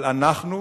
אבל אנחנו,